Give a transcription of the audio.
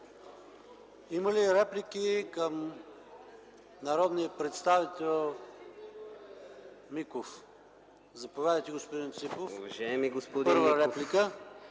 Има ли реплики към народния представител Миков? Заповядайте, господин Ципов – първа реплика.